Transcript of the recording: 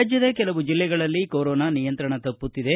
ರಾಜ್ಡದ ಕೆಲವು ಜಿಲ್ಲೆಗಳಲ್ಲಿ ಕೊರೋನಾ ನಿಯಂತ್ರಣ ತಪ್ಪುತ್ತಿದೆ